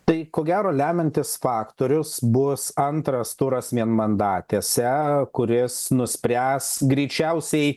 tai ko gero lemiantis faktorius bus antras turas vienmandatėse kuris nuspręs greičiausiai